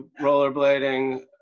rollerblading